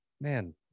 Man